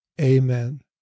Amen